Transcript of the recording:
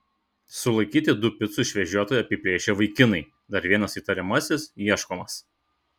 sulaikyti du picų išvežiotoją apiplėšę vaikinai dar vienas įtariamasis ieškomas